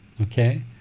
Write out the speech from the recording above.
Okay